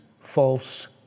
false